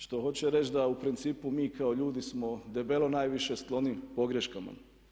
Što hoće reći da u principu mi kao ljudi smo debelo najviše skloni pogreškama.